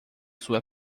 sua